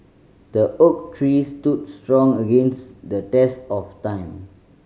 the oak tree stood strong against the test of time